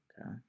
Okay